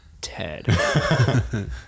Ted